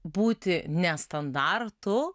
būti nestandartu